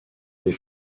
des